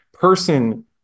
Person